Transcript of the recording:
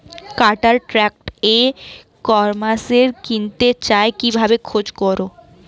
কাটার tractor ই কমার্সে কিনতে চাই কিভাবে খোঁজ করো?